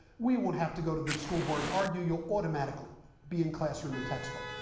we won't have to go to the school board and argue, you'll automatically be in classroom and textbook.